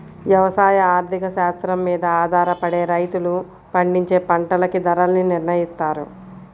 యవసాయ ఆర్థిక శాస్త్రం మీద ఆధారపడే రైతులు పండించే పంటలకి ధరల్ని నిర్నయిత్తారు